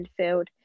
midfield